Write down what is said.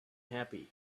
happy